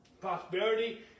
Prosperity